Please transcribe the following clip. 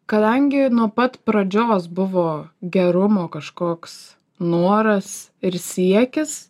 kadangi nuo pat pradžios buvo gerumo kažkoks noras ir siekis